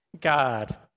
God